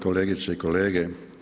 Kolegice i kolege.